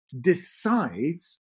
decides